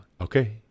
Okay